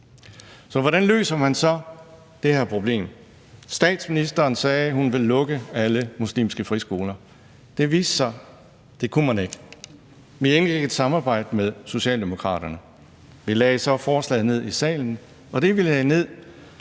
Hvordan løser man så det her problem? Statsministeren sagde, at hun vil lukke alle muslimske friskoler, men det viste det sig at man ikke kunne. Vi indledte et samarbejde med Socialdemokraterne, og vi fremsatte så forslaget i salen, og det, vi fremsatte,